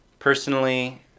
Personally